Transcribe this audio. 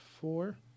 four